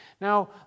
Now